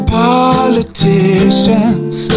politicians